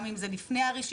גם אם זה לפני הרישיון,